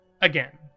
again